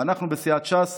ואנחנו בסיעת ש"ס